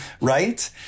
Right